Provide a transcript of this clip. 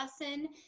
lesson